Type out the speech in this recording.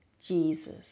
Jesus